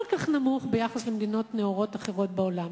כל כך נמוך ביחס למדינות נאורות אחרות בעולם.